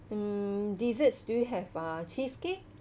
mm desserts do you have uh cheesecake